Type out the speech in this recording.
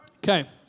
Okay